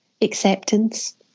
acceptance